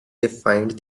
defined